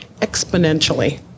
exponentially